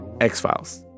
X-Files